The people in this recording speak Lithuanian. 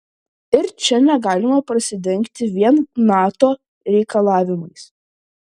ir čia negalima prisidengti vien nato reikalavimais